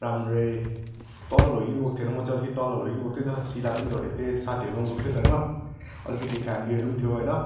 राम्रै म चाहिँ तल लगिकन गएको थिएँ नि त शिला पनि लगेको थिएँ साथीहरूकोमा गएको थिएँ नि त होइन अलिकति फ्यामिलीहरू पनि थियो होइन